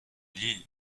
lille